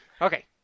Okay